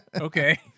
Okay